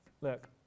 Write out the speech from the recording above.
look